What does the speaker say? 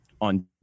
on